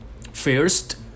First